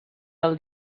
del